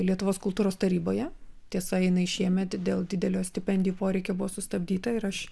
lietuvos kultūros taryboje tiesa jinai šiemet dėl didelio stipendijų poreikio buvo sustabdyta ir aš